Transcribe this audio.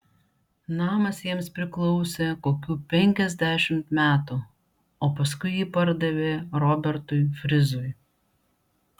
namas jiems priklausė kokių penkiasdešimt metų o paskui jį pardavė robertui frizui